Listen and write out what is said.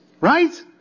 right